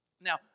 Now